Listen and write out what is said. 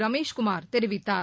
ரமேஷ்குமார் தெரிவித்தார்